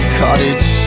cottage